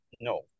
No